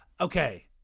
okay